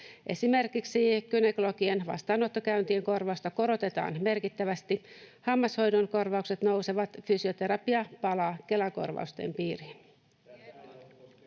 Esimerkiksi gynekologien vastaanottokäyntien korvausta korotetaan merkittävästi, hammashoidon korvaukset nousevat ja fysioterapia palaa Kela-korvausten piiriin.